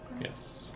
Yes